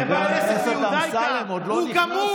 חבר הכנסת אמסלם, עוד לא נכנסת.